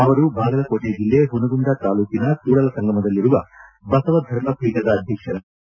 ಅವರು ಬಾಗಲಕೋಟೆ ಜಿಲ್ಲೆ ಪುನಗುಂದ ತಾಲೂಕಿನ ಕೂಡಲಸಂಗಮದಲ್ಲಿರುವ ಬಸವಧರ್ಮ ಪೀಠದ ಅಧ್ಯಕ್ಷರಾಗಿದ್ದರು